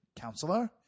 counselor